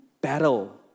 battle